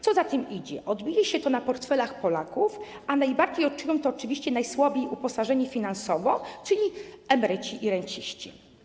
Co za tym idzie, odbije się to na portfelach Polaków, a najbardziej odczują to oczywiście najsłabiej uposażeni finansowo, czyli emeryci i renciści.